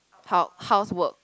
hou~ housework